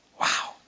Wow